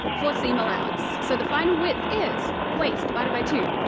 for seam allowance. so, the final width is, waist divided by two,